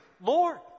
Lord